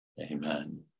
Amen